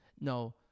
No